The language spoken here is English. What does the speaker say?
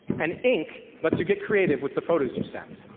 and ink let's you get creative with the photos you send.